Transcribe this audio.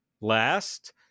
last